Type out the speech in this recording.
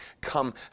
come